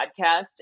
podcast